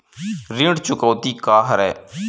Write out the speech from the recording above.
ऋण चुकौती का हरय?